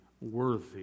worthy